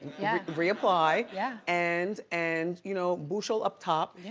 yeah. reapply. yeah. and, and you know, bushel up top.